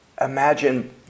imagine